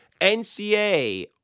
NCA